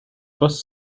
bus